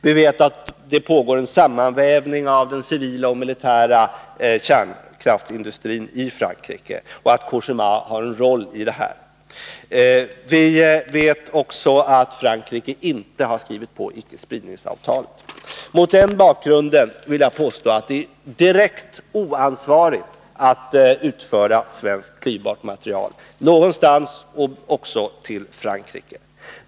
Vi vet att det pågår en sammanvävning av den civila och den militära kärnkraftsindustrin i Frankrike och att Cogema spelar en roll i detta sammanhang. Vi vet också att Frankrike inte har skrivit på icke-spridningsavtalet. Mot denna bakgrund vill jag påstå att det är direkt oansvarigt att föra ut svenskt klyvbart material någonstans — och också till Frankrike.